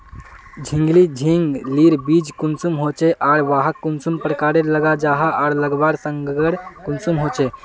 झिंगली झिंग लिर बीज कुंसम होचे आर वाहक कुंसम प्रकारेर लगा जाहा आर लगवार संगकर कुंसम होचे?